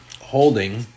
holding